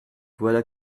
voilà